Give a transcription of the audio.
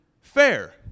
fair